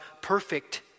perfect